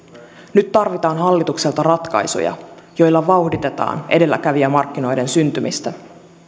nyt tarvitaan hallitukselta ratkaisuja joilla vauhditetaan edelläkävijämarkkinoiden syntymistä